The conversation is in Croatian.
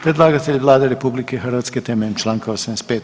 Predlagatelj je Vlada RH temeljem članka 85.